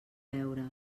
beure